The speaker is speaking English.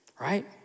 right